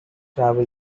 travel